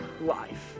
life